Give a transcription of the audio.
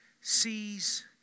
sees